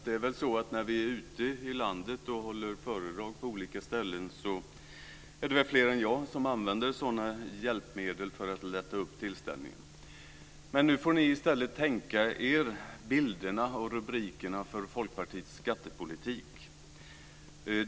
Det är väl så att när vi är ute i landet och håller föredrag på olika ställen är det väl fler än jag som använder sådana hjälpmedel för att lätta upp tillställningen. Nu får ni i stället tänka er bilderna och rubrikerna för Folkpartiets skattepolitik.